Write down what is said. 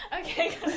Okay